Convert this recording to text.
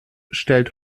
stellt